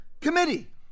committee